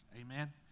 Amen